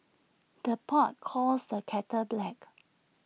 the pot calls the kettle black